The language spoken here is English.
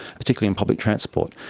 particularly on public transport.